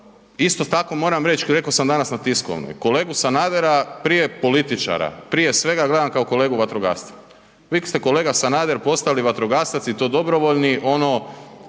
Isto tako moram reći i rekao sam danas na tiskovnoj, kolegu Sanadera prije političara, prije svega gledam kao kolegu vatrogasca. Vi ste kolega Sanader postali vatrogasac i to dobrovoljni, ono